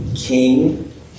king